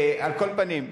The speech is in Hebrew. על כל פנים,